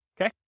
okay